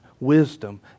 wisdom